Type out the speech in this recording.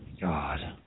God